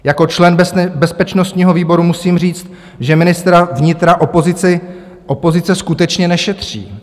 Jako člen bezpečnostního výboru musím říct, že ministra vnitra opozice skutečně nešetří.